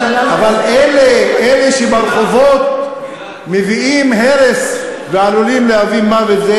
אבל אלה שברחובות מביאים הרס ועלולים להביא מוות,